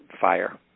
fire